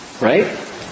right